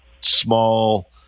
small